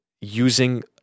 using